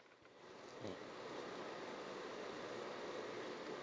mm